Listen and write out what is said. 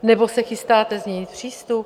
Nebo se chystáte změnit přístup?